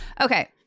okay